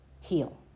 heal